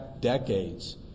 decades